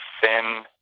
thin